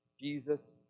Jesus